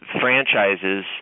franchises